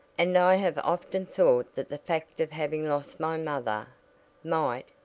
and i have often thought that the fact of having lost my own mother might,